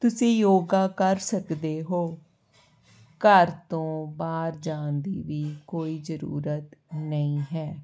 ਤੁਸੀਂ ਯੋਗਾ ਕਰ ਸਕਦੇ ਹੋ ਘਰ ਤੋਂ ਬਾਹਰ ਜਾਣ ਦੀ ਵੀ ਕੋਈ ਜ਼ਰੂਰਤ ਨਹੀਂ ਹੈ